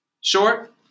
Short